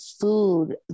food